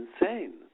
insane